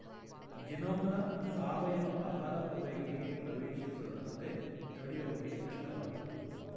ಜೀನೋಮ್ನ ಸಾವಯವ ಆಹಾರ ಪೂರೈಕೆಗೆ ಪ್ರವೇಶಿಸದಂತೆ ತಡ್ಯೋಕೆ ಕಷ್ಟವಾಗ್ತದೆ